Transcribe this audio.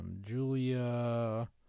Julia